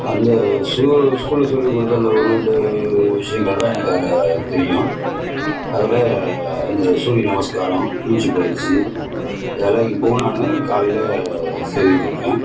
அந்த ஸ்கூ ஸ்கூலில் சொல்லிக் கொடுத்த அந்த ஒன்று ரெண்டு விஷயங்கள்தான் எனக்கு அங்கே தெரியும் அதில் அந்த சூரிய நமஸ்காரம் மூச்சுப்பயிற்சி இதெல்லாம் இப்பவும் நான் காலையில் செய்துகிட்டு இருக்கேன்